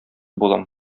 булам